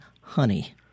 honey